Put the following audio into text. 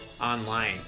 online